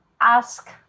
ask